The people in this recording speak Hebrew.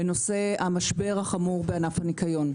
לגבי נושא המשבר החמור בענף הניקיון.